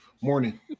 Morning